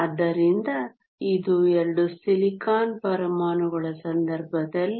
ಆದ್ದರಿಂದ ಇದು 2 ಸಿಲಿಕಾನ್ ಪರಮಾಣುಗಳ ಸಂದರ್ಭದಲ್ಲಿ